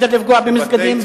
זה בסדר לפגוע במסגדים?